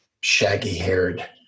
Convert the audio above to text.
shaggy-haired